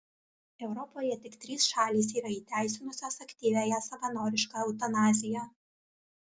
europoje tik trys šalys yra įteisinusios aktyviąją savanorišką eutanaziją